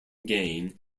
gain